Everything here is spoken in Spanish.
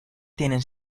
tienen